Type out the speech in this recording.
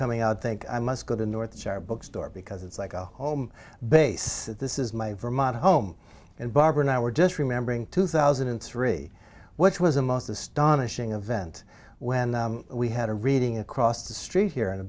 coming out think i must go to north char bookstore because it's like a home base this is my vermont home and barbara now we're just remembering two thousand and three which was a most astonishing event when we had a reading across the street here in a